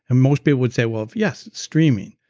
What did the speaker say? and most people would say, well yes, it's streaming,